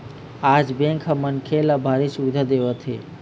आज बेंक ह मनखे ल भारी सुबिधा देवत हे